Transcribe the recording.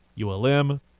ULM